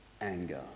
anger